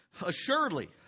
Assuredly